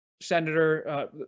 Senator